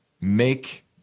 make